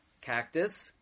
cactus